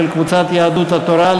מס' 37 של קבוצת יהדות התורה,